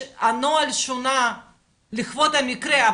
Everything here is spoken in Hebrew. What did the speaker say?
הנוהל שונה לכבוד המקרה.